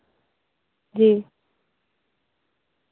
جی